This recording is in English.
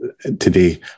today